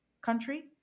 Country